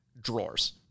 drawers